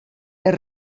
els